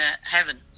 heaven